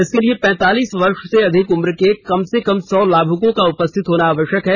इसके लिए पैंतालीस वर्ष से अधिक उम्र के कम से कम सौ लाभुक का उपस्थित होना जरूरी है